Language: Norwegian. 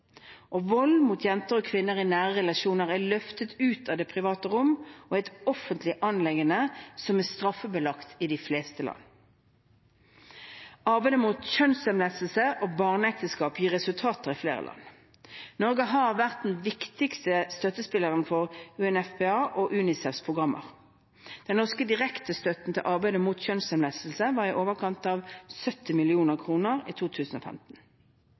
Vold mot jenter og kvinner i nære relasjoner er løftet ut av det private rom og blitt et offentlig anliggende som er straffebelagt i de fleste land. Arbeidet mot kjønnslemlestelse og barneekteskap gir resultater i flere land. Norge har vært den viktigste støttespilleren for UNFPA og UNICEFs programmer. Den norske direktestøtten til arbeidet mot kjønnslemlestelse var i overkant av 70 mill. kr i 2015.